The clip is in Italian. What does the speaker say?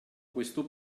questo